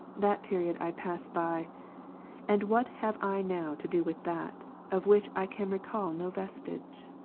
that period i pass by and what have i now to do with that, of which i can recal no vestige?